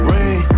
Rain